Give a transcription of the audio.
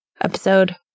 episode